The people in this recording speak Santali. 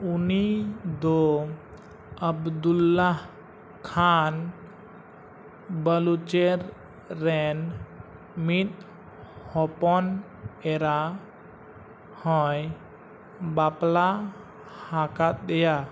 ᱩᱱᱤ ᱫᱚ ᱟᱵᱫᱩᱞᱞᱟ ᱠᱷᱟᱱ ᱵᱟᱞᱩᱪᱮᱨ ᱨᱮᱱ ᱢᱤᱫ ᱦᱚᱯᱚᱱ ᱮᱨᱟ ᱦᱚᱸᱭ ᱵᱟᱯᱞᱟ ᱟᱠᱟᱫᱮᱭᱟ